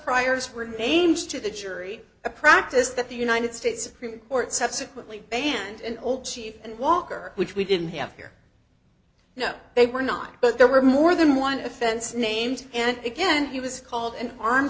priors were names to the jury a practice that the united states supreme court subsequently banned an old chief and walker which we didn't have here you know they were not but there were more than one offense named and again he was called an arm